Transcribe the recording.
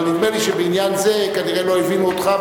אבל נדמה לי שבעניין הזה כנראה לא הבינו אותך,